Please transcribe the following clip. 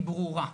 היא ברורה.